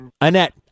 Annette